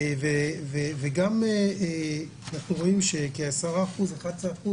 וגם אנחנו רואים שכ-10%-11%